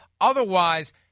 Otherwise